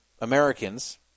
Americans